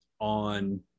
on